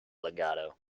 legato